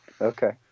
Okay